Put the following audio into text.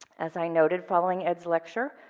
as i noted following ed's lecture,